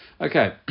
Okay